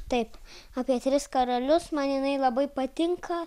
taip apie tris karalius man jinai labai patinka